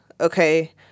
okay